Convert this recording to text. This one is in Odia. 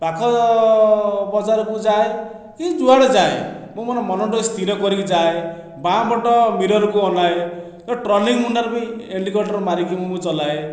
ପାଖ ବଜାରକୁ ଯାଏ କି ଯୁଆଡ଼େ ଯାଏ ମୁଁ ମୋର ମନଟାକୁ ସ୍ଥିର କରିକି ଯାଏ ବାଁ ପଟ ମିରରକୁ ଅନାଏ ଟର୍ନିଙ୍ଗ ମୁଣ୍ଡରେ ବି ଇଣ୍ଡିକେଟର ମାରିକି ମୁଁ ଚଲାଏ